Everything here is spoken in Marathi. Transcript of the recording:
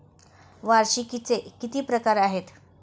वार्षिकींचे किती प्रकार आहेत?